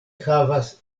havas